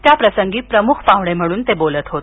त्या प्रसंगी प्रमुख पाहुणे म्हणून ते बोलत होते